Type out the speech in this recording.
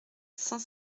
cent